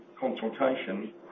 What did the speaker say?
consultation